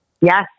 Yes